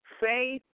Faith